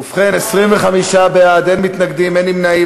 ובכן, 25 בעד, אין מתנגדים, אין נמנעים.